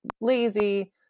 lazy